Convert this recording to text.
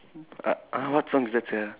uh uh what song is that sia